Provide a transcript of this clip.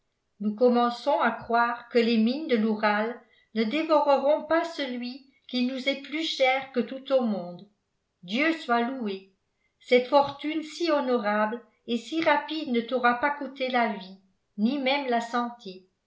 nous commençons à croire que les mines de l'oural ne dévoreront pas celui qui nous est plus cher que tout au monde dieu soit loué cette fortune si honorable et si rapide ne t'aura pas coûté la vie ni même la santé